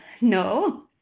No